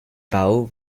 bau